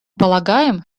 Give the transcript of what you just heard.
полагаем